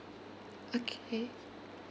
okay